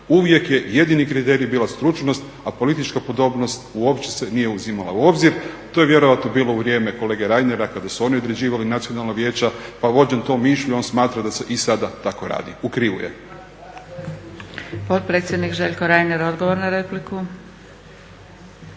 uvijek je jedini kriterij bio stručnost. A politička podobnost uopće se nije uzimala u obzir, to je vjerojatno bilo u vrijeme kolege Reinera kada su oni određivali nacionalan vijeća pa vođen tom mišlju on smatra da se i sada tako radi. U krivu je.